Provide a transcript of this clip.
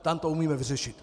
Tam to umíme vyřešit.